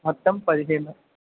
మొత్తం పదిహేను